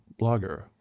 blogger